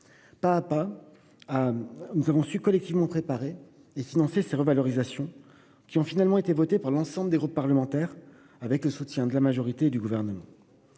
Pas à pas, nous avons su collectivement préparer et financer ces mesures de revalorisation, qui ont finalement été votées par l'ensemble des groupes parlementaires, avec le soutien de la majorité et du Gouvernement.